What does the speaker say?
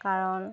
কাৰণ